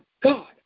God